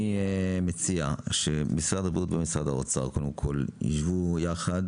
אני מציע שמשרד הבריאות ומשרד האוצר ישבו יחד